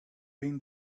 been